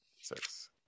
Six